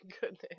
goodness